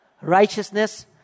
righteousness